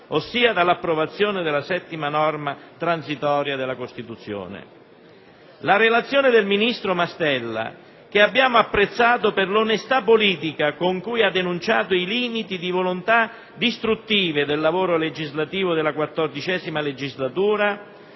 ossia dall'approvazione della VII disposizione transitoria della Costituzione. La relazione del ministro Mastella, che abbiamo apprezzato per l'onestà politica con cui ha denunciato i limiti di volontà distruttive del lavoro legislativo della XIV legislatura,